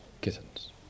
kittens